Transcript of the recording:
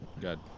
Good